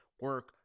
Work